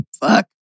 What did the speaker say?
Fuck